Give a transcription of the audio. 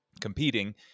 competing